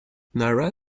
nara